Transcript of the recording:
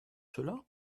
cela